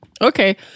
Okay